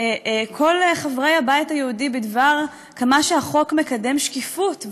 כל חברי הבית היהודי עד כמה החוק מקדם שקיפות,